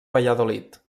valladolid